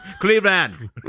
Cleveland